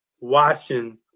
watching